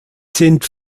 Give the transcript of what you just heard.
sind